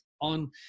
on